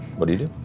what do you do?